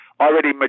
already